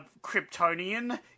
Kryptonian